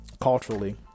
culturally